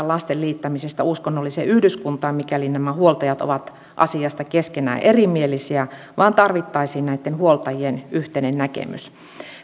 lasten liittämisestä uskonnolliseen yhdyskuntaan mikäli nämä huoltajat ovat asiasta keskenään erimielisiä vaan tarvittaisiin näitten huoltajien yhteinen näkemys